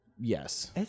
Yes